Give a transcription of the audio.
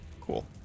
cool